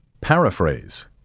Paraphrase